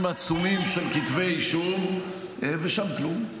עשרות, של כתבי אישום, ושם, כלום.